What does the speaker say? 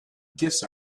gifts